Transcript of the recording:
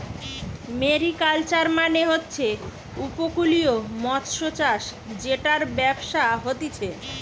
mariculture মানে হচ্ছে উপকূলীয় মৎস্যচাষ জেটার ব্যবসা হতিছে